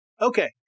Okay